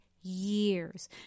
years